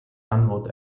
antwort